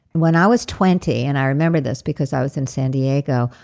when i was twenty, and i remember this because i was in san diego,